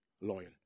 loyal